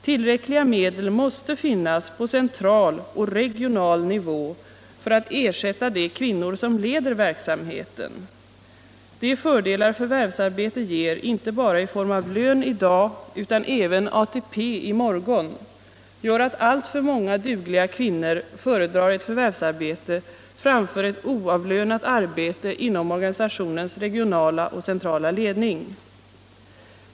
Tillräckliga medel måste finnas på central och regional nivå för att ersätta de kvinnor som leder verksamheten. De fördelar förvärvsarbete ger inte bara i form av lön i dag utan även ATP i morgon gör att alltför många dugliga kvinnor föredrar ett förvärvsarbete framför ett oavlönat arbete inom organisationens regionala och centrala ledning.